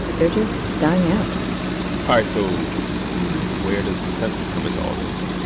they're just dying out all right. so where does the census come into all this?